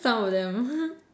some of them